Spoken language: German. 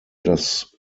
das